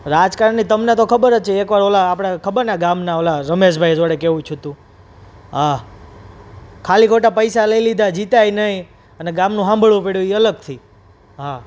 રાજકારણની તમને તો ખબર જ છે એક વાર ઓલા આપણે ખબરને ગામના ઓલા રમેશ ભાઈ જોડે કેવું થયું હતું હા ખાલી ખોટા પૈસા લઈ લીધા જીત્યા એ નહીં અને ગામનું સાંભળવું પડ્યું એ અલગથી હા